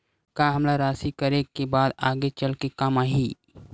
का हमला राशि करे के बाद आगे चल के काम आही?